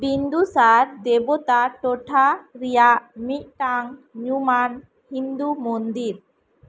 ᱵᱤᱱᱫᱩᱥᱟᱨ ᱫᱮᱵᱚᱛᱟ ᱴᱚᱴᱷᱟ ᱨᱮᱭᱟᱜ ᱢᱤᱫᱴᱟ ᱝ ᱧᱩᱢᱟᱱ ᱦᱤᱱᱫᱩ ᱢᱚᱱᱫᱤᱨ